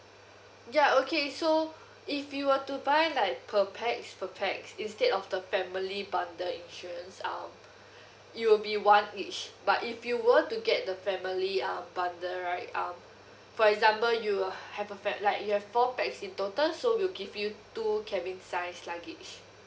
ya okay so if you were to buy like per pax per pax instead of the family bundle insurance um it'll be one each but if you were to get the family um bundle right um for example you uh have a fa~ like you have four pax in total so we'll give you two cabin size luggage